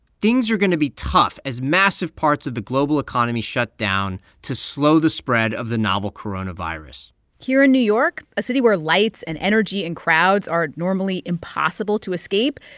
things are going to be tough as massive parts of the global economy shut down to slow the spread of the novel coronavirus here in new york, a city where lights and energy and crowds are normally impossible to escape,